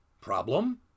Problem